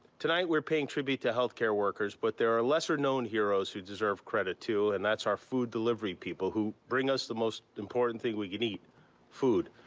tonight, we're paying tribute to health care workers. but there are lesser known heroes who deserve credit, too, and that's our food delivery people who bring us the most important thing we can eat food.